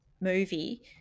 movie